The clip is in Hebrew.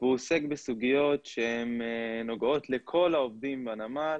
והוא עוסק בסוגיות שהן נוגעות לכל העובדים בנמל